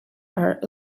are